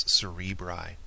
cerebri